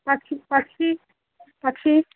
पक्षिणः पक्षिणः पक्षिणः